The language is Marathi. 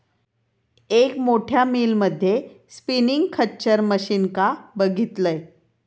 एक मोठ्या मिल मध्ये स्पिनींग खच्चर मशीनका बघितलंय